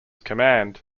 command